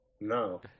No